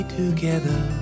together